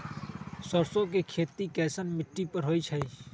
सरसों के खेती कैसन मिट्टी पर होई छाई?